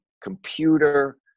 computer